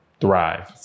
thrive